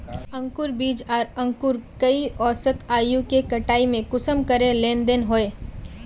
अंकूर बीज आर अंकूर कई औसत आयु के कटाई में कुंसम करे लेन देन होए?